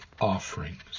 offerings